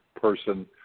person